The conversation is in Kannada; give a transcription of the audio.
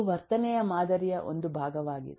ಇವು ವರ್ತನೆಯ ಮಾದರಿಯ ಒಂದು ಭಾಗವಾಗಿದೆ